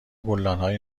گلدانهای